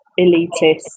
elitist